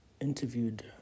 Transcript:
interviewed